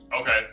Okay